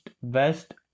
west